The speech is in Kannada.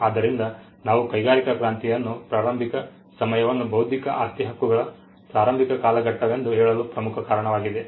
ಆದ್ದರಿಂದ ನಾವು ಕೈಗಾರಿಕಾ ಕ್ರಾಂತಿಯನ್ನು ಪ್ರಾರಂಭಿಕ ಸಮಯವನ್ನು ಬೌದ್ಧಿಕ ಆಸ್ತಿ ಹಕ್ಕುಗಳ ಪ್ರಾರಂಭಿಕ ಕಾಲಘಟ್ಟವೆಂದು ಹೇಳಲು ಪ್ರಮುಖ ಕಾರಣವಾಗಿದೆ